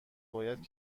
باید